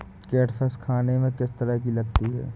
Catfish खाने में किस तरह की लगती है?